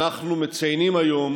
אנחנו מציינים היום